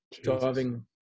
driving